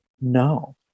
No